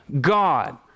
God